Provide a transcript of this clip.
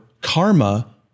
karma